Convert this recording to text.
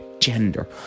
gender